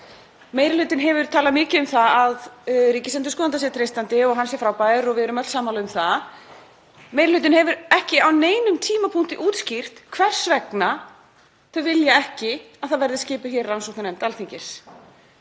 Meiri hlutinn hefur talað mikið um að ríkisendurskoðanda sé treystandi og hann sé frábær og við erum öll sammála um það. Meiri hlutinn hefur ekki á neinum tímapunkti útskýrt hvers vegna þau vilja ekki að það verði skipuð rannsóknarnefnd Alþingis.